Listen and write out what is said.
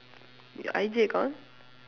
your I_G account